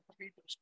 people